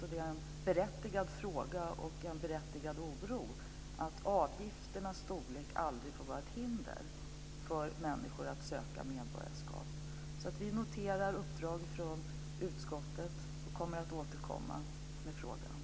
Det är en berättigad fråga och en berättigad oro att avgifternas storlek aldrig får vara ett hinder för människor att söka medborgarskap. Vi noterar uppdraget från utskottet och kommer att återkomma med frågan.